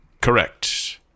Correct